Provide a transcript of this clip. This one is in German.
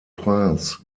prince